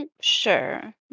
Sure